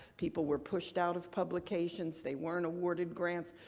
people were pushed out of publications. they weren't awarded grants.